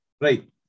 Right